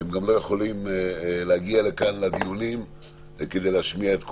הוא גם לא יכול להגיע לכאן לדיונים כדי להשמיע את קולם,